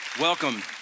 Welcome